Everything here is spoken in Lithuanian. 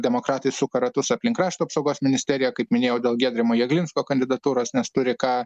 demokratai suka ratus aplink krašto apsaugos ministeriją kaip minėjau dėl giedrimo jieglinsko kandidatūros nes turi ką